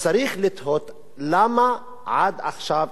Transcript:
צריך לתהות למה עד עכשיו,